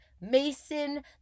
Mason